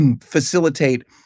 facilitate